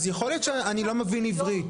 אז יכול להיות שאני לא מבין עברית,